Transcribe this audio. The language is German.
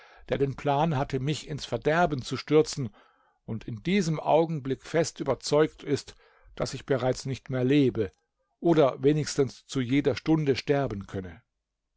der den plan hatte mich ins verderben zu stürzen und in diesem augenblick fest überzeugt ist daß ich bereits nicht mehr lebe oder wenigstens zu jeder stunde sterben könne